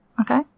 Okay